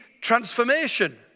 transformation